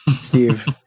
Steve